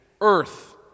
earth